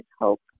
hope